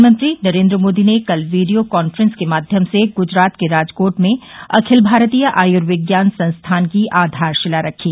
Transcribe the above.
प्रधानमंत्री नरेन्द्र मोदी ने कल वीडियो कॉन्फ्रेंस के माध्यम से गुजरात के राजकोट में अखिल भारतीय आयुर्विज्ञान संस्थान की आधारशिला रखी